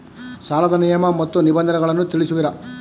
ಸಾಲದ ನಿಯಮ ಮತ್ತು ನಿಬಂಧನೆಗಳನ್ನು ತಿಳಿಸುವಿರಾ?